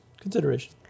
Consideration